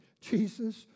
Jesus